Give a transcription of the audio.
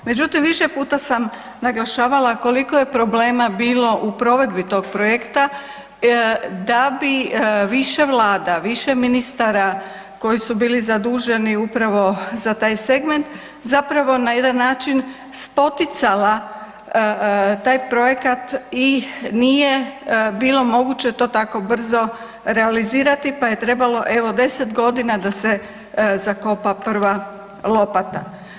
Međutim više puta sam naglašavala koliko je problema bilo u provedbi tog projekta, da bi više Vlada, više ministara koji su bili zaduženi upravo za taj segment, zapravo na jedan način spoticala taj projekat i nije bilo moguće to tako brzo realizirati pa je trebalo evo 10 g. da se zakopa prva lopata.